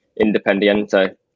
Independiente